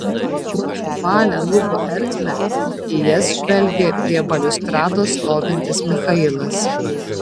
pro ovalią lubų ertmę į jas žvelgė prie baliustrados stovintis michailas